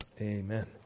amen